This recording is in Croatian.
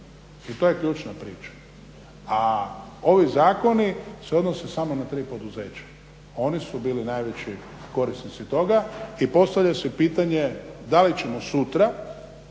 o to je ključna priča. A ovi zakoni se odnose samo na tri poduzeća, oni su bili najveći korisnici toga i postavlja se pitanje da li ćemo sutra